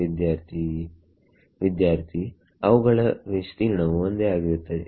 ವಿದ್ಯಾರ್ಥಿ ವಿದ್ಯಾರ್ಥಿಅವುಗಳ ವಿಸ್ತೀರ್ಣವು ಒಂದೇ ಆಗಿರುತ್ತದೆ